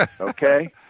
okay